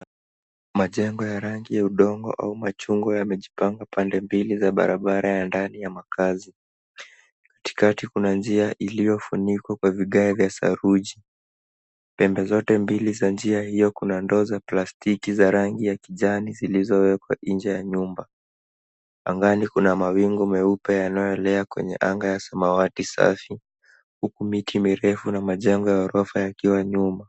Majengo ya rangi ya udongo au machungwa yamejipanga pande mbili za barabara ya ndani ya makazi. Katikati kuna njia iliyofunikwa kwa vigae vya saruji. Pembe zote mbili za njia hiyo kuna ndoo za plastiki za rangi ya kijani zilizowekwa nje ya nyumba. Angani kuna mawingu meupe yanayoelea kwenye anga ya samawati safi, huku miti mirefu na majanga ya ghorofa yakiwa nyuma.